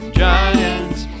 giants